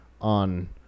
on